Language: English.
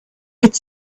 could